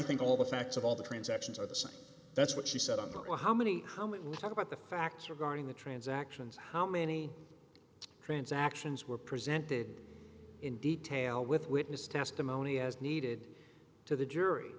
think all the facts of all the transactions are the same that's what she said on the on how many how many talk about the facts regarding the transactions how many transactions were presented in detail with witness testimony as needed to the